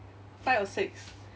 five or six